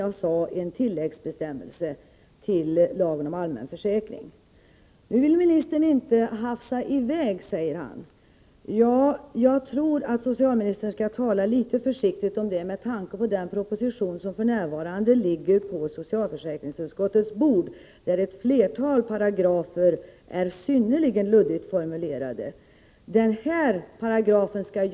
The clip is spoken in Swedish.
Det är viktigt att socialförsäkringsförmåner inte uppbärs orättmätigt. Det är emellertid lika viktigt att försäkringen upplevs som rimlig och rättvis, att hanterandet inte blir onödigt byråkratiskt och att bedömningen inte urartar till ”paragrafrytteri”.